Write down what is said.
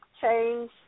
change